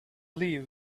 leave